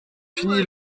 finie